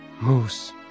moose